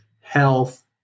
health